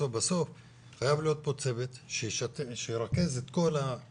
בסוף חייב להיות פה צוות שירכז את כל הפעילות